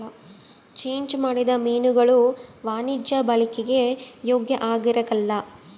change ಮಾಡಿದ ಮೀನುಗುಳು ವಾಣಿಜ್ಯ ಬಳಿಕೆಗೆ ಯೋಗ್ಯ ಆಗಿರಕಲ್ಲ